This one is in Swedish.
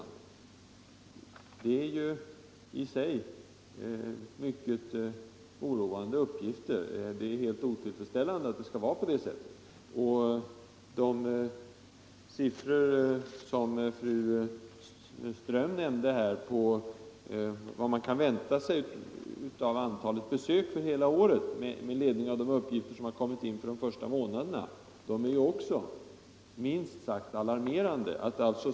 Det är mycket oroande uppgifter. Det är helt otillfredsställande att det skall vara på detta sätt. De siffror som Turid Ström nämnde om vad man, med ledning av de uppgifter som har kommit in för de första månaderna, kan vänta sig när det gäller antalet besök för hela året är också minst sagt alarmerande.